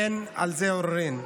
אין על זה עוררין.